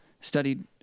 studied